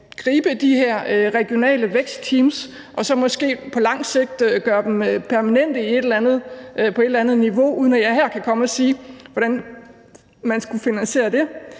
gribe de her regionale vækstteams og så måske på lang sigt gøre dem permanente på et eller andet niveau, uden at jeg her kan komme og sige, hvordan man skulle finansiere det.